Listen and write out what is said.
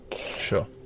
Sure